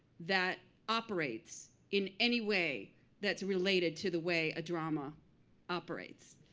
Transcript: that operates in any way that's related to the way a drama operates.